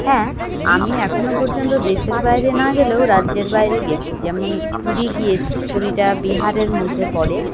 হ্যাঁ আমি এখনো পর্যন্ত দেশের বাইরে না গেলেও রাজ্যের বাইরে গেছি যেমন পুরী গিয়েছি পুরীটা বিহারের মধ্যে পড়ে